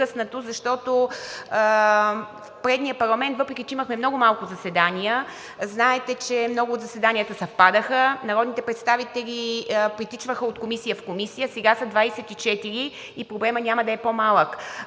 въпреки че имахме много малко заседания, много от заседанията съвпадаха и народните представители притичваха от комисия в комисия – сега са 24 и проблемът няма да е по-малък.